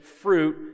fruit